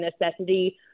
necessity